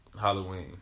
Halloween